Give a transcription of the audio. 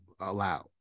allowed